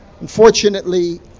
unfortunately